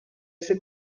ese